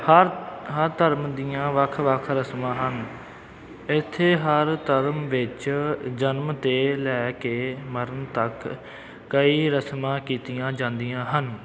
ਹਰ ਹਰ ਧਰਮ ਦੀਆਂ ਵੱਖ ਵੱਖ ਰਸਮਾਂ ਹਨ ਇੱਥੇ ਹਰ ਧਰਮ ਵਿੱਚ ਜਨਮ ਤੋਂ ਲੈ ਕੇ ਮਰਨ ਤੱਕ ਕਈ ਰਸਮਾਂ ਕੀਤੀਆਂ ਜਾਂਦੀਆਂ ਹਨ